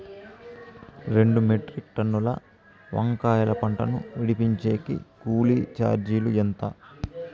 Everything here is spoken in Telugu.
రెండు మెట్రిక్ టన్నుల వంకాయల పంట ను విడిపించేకి కూలీ చార్జీలు ఎంత?